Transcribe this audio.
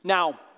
Now